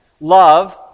Love